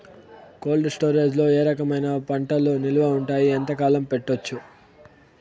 Cold storage లో ఏ రకమైన పంటలు నిలువ ఉంటాయి, ఎంతకాలం పెట్టొచ్చు?